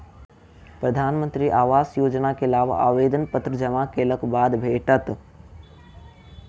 प्रधानमंत्री आवास योजना के लाभ आवेदन पत्र जमा केलक बाद भेटत